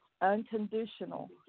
unconditional